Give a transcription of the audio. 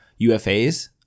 UFAs